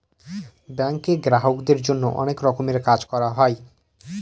ব্যাঙ্কে গ্রাহকদের জন্য অনেক রকমের কাজ করা হয়